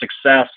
success